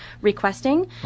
requesting